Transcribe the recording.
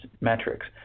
metrics